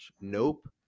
Nope